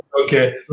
okay